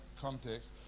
context